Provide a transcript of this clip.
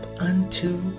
unto